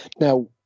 Now